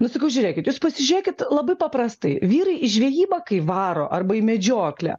nu sakau žiūrėkit jūs pasižėkit labai paprastai vyrai į žvejybą kai varo arba į medžioklę